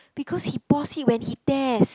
because he paused it when he test